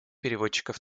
переводчиков